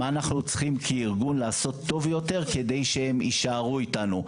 מה אנחנו צריכים כארגון לעשות טוב יותר כדי שהם יישארו אתנו,